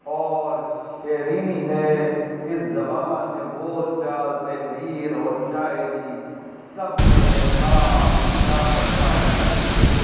اور شیرینی ہے اس زبان میں بول چال تحریر اور شاعری سب میں ایک خاص لطافت پائی جاتی ہے